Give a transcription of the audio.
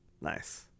Nice